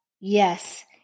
yes